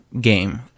game